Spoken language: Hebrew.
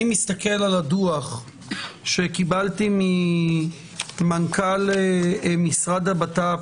אני מסתכל על הדוח שקיבלתי ממנכ"ל משרד הבט"פ,